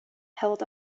held